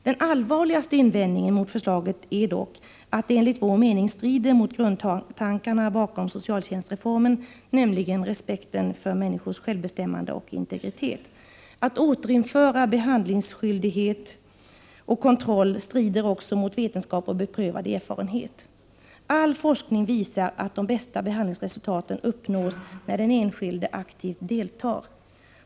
Den allvarligaste invändningen mot förslaget är dock att det enligt vår mening strider mot grundtankarna bakom socialtjänstreformen, nämligen respekten för människors självbestämmande och integritet. Att återinföra behandlingsskyldighet och kontroll strider också mot vetenskap och beprövad erfarenhet. All forskning visar att de bästa behandlingsresultaten uppnås när den enskilde aktivt deltar.